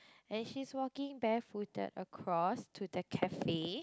and she is walking barefooted across to the cafe